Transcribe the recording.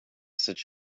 such